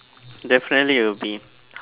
definitely it will be hard